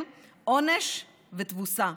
עונש ותבוסה.